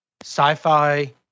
sci-fi